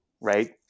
right